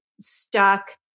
stuck